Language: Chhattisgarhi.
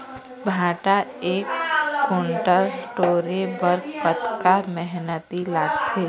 भांटा एक कुन्टल टोरे बर कतका मेहनती लागथे?